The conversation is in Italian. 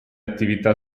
attività